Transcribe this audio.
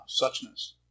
suchness